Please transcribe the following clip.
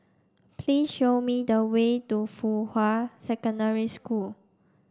please show me the way to Fuhua Secondary School